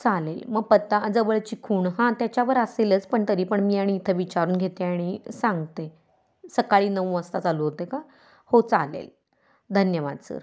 चालेल मग पत्ता जवळची खूण हा त्याच्यावर असेलच पण तरी पण मी आणि इथं विचारून घेते आणि सांगते सकाळी नऊ वाजता चालू होते का हो चालेल धन्यवाद सर